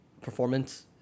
performance